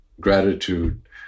gratitude